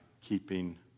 keeping